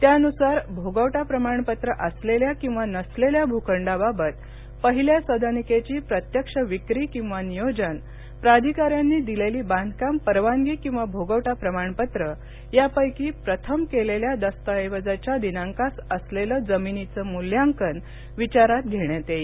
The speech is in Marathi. त्यानुसार भोगवटा प्रमाणपत्र असलेल्या किंवा नसलेल्या भूखंडाबाबत पहिल्या सदनिकेची प्रत्यक्ष विक्री किंवा नियोजन प्राधिकाऱ्यांनी दिलेली बांधकाम परवानगी किंवा भोगवटा प्रमाणपत्र यापैकी प्रथम केलेल्या दस्तऐवजाच्या दिनांकास असलेलं जमिनीचं मूल्यांकन विचारात घेण्यात येईल